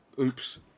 oops